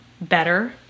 better